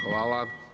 Hvala.